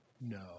No